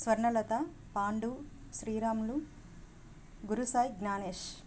Swarnalatha Pandu Sriramulu Gurusai Gyanesh